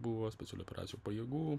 buvo specialių operacijų pajėgų